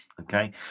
Okay